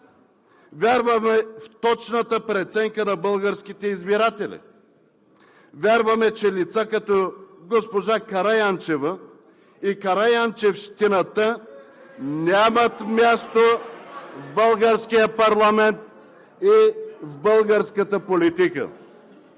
Вярваме в точната преценка на българските избиратели. Вярваме, че лица като госпожа Караянчева и караянчевщината нямат място в българския парламент (шум и реплики) и в българската политика.